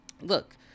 look